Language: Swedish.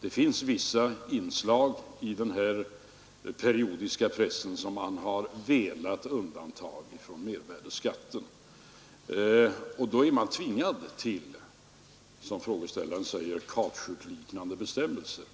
Det finns vissa inslag i den här periodiska pressen som man har velat undanta från mervärdeskatten. Då är man tvungen till kautschukliknande bestämmelser,